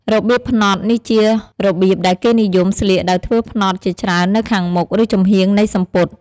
របៀបផ្នត់ នេះជារបៀបដែលគេនិយមស្លៀកដោយធ្វើផ្នត់ជាច្រើននៅខាងមុខ ឬចំហៀងនៃសំពត់។